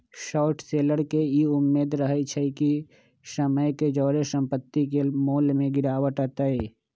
short seller के इ उम्मेद रहइ छइ कि समय के जौरे संपत्ति के मोल में गिरावट अतइ